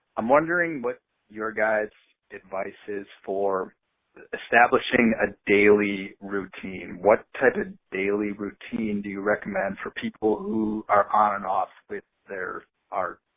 i'm wondering what your guys advice is for establishing a daily routine. what type of daily routine do you recommend for people who are on and off with their art?